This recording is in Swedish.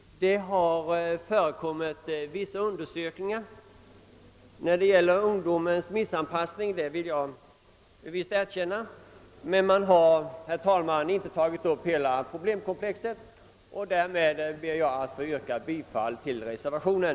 Det har förekommit vissa undersökningar när det gäller ungdomens missanpassning — det vill jag visst erkänna — men man har, herr talman, inte tagit upp hela problemkomplexet. Därmed ber jag att få yrka bifall till reservationen.